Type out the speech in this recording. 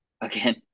again